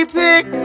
pick